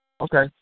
Okay